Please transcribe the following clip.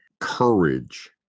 courage